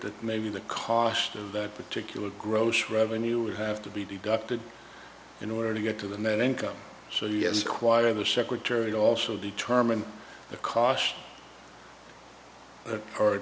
that maybe the cost of that particular gross revenue would have to be deducted in order to get to the net income so yes acquiring the secretary also determine the cost